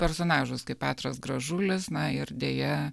personažus kaip petras gražulis na ir dėja